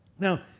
Now